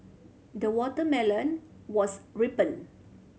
the watermelon was ripened